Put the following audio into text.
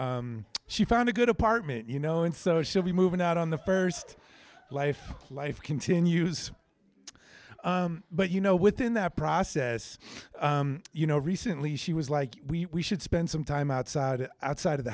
she found a good apartment you know and so she'll be moving out on the st life life continues but you know within that process you know recently she was like we should spend some time outside outside of the